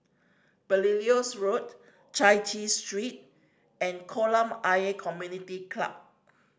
Belilios Road Chai Chee Street and Kolam Ayer Community Club